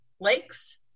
lakes